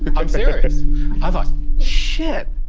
i'm serious um ah shit.